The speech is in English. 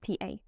TA